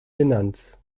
genannt